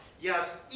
Yes